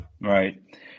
Right